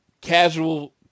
casual